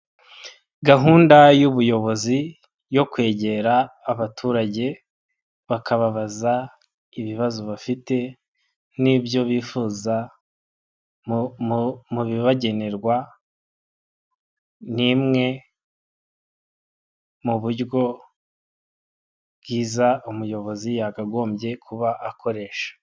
Gahunda y'ubuyobozi yo kwegera abaturage bakababaza ibibazo bafite n'ibyo bifuza mu bibagenerwa ni imwe mu buryo bwiza umuyobozi yakagombye kuba akoresha.